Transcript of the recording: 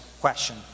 question